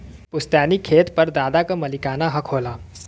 पुस्तैनी खेत पर दादा क मालिकाना हक होला